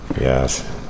Yes